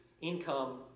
income